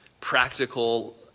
practical